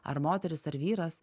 ar moteris ar vyras